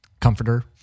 comforter